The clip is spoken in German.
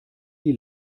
die